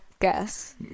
guess